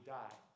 die